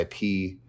IP